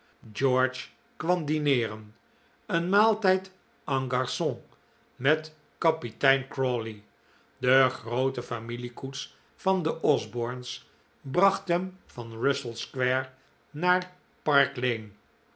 george kwam dineeren een maaltijd en gargon met kapitein crawley de groote familiekoets van de osbornes bracht hem van russell square naar park lane